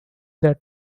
that